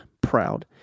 proud